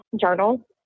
journal